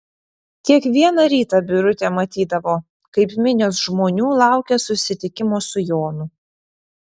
kiekvieną rytą birutė matydavo kaip minios žmonių laukia susitikimo su jonu